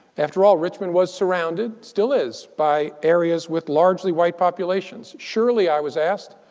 after all, richmond was surrounded, still is, by areas with largely white populations. surely, i was asked,